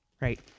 right